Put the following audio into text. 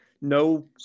No